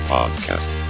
Podcast